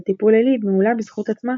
אבל "טיפול לילי" מעולה בזכות עצמה,